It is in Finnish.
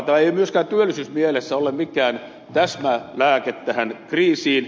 tämä ei myöskään työllisyysmielessä ole mikään täsmälääke tähän kriisiin